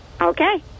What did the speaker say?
okay